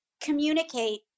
communicate